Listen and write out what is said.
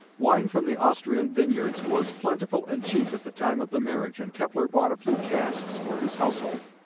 wine from the austrian vineyards was plentiful and cheap at the time of the marriage, and kepler bought a few casks for his household.